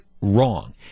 wrong